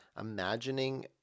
imagining